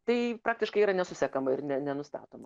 tai praktiškai yra nesusekama ir ne nenustatoma